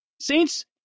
Saints